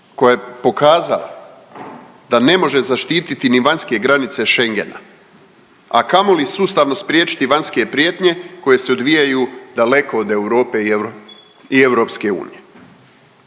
koja je pokazala da ne može zaštiti ni vanjske granice Schengena, a kamoli sustavno spriječiti vanjske prijetnje koje se odvijaju daleko od Europe i EU. Iako bi